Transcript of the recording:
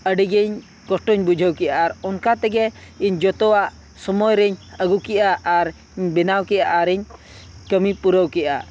ᱟᱹᱰᱤᱜᱮ ᱤᱧ ᱠᱚᱥᱴᱚᱧ ᱵᱩᱡᱷᱟᱹᱣ ᱠᱮᱫᱼᱟ ᱟᱨ ᱚᱱᱠᱟ ᱛᱮᱜᱮ ᱤᱧ ᱡᱚᱛᱚᱣᱟᱜ ᱥᱚᱢᱚᱭᱨᱮᱧ ᱟᱹᱜᱩ ᱠᱮᱫᱼᱟ ᱟᱨ ᱵᱮᱱᱟᱣ ᱠᱮᱫᱼᱟ ᱟᱨᱤᱧ ᱠᱟᱹᱢᱤ ᱯᱩᱨᱟᱹᱣ ᱠᱮᱫᱼᱟ